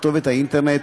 כתובת האינטרנט,